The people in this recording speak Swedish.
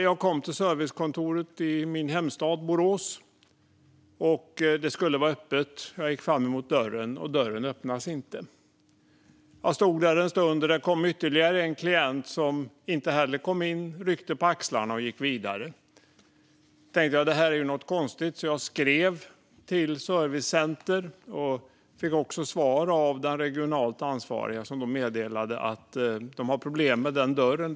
Jag gick till servicekontoret i min hemstad Borås. Det skulle vara öppet. Jag gick fram till dörren, och dörren öppnades inte. Jag stod där en stund. Det kom ytterligare en klient, som inte heller kom in utan ryckte på axlarna och gick vidare. Jag tänkte att det var konstigt och skrev till servicecentret och fick svar av den regionalt ansvarige att de har problem med den dörren.